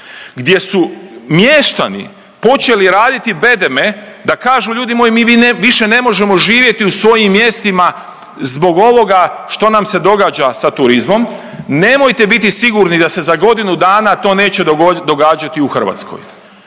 gdje su mještani počeli raditi bedeme da kažu ljudi moji mi više ne možemo živjeti u svojim mjestima zbog ovoga što nam se događa sa turizmom. Nemojte biti sigurni da se za godinu dana to neće događati u Hrvatskoj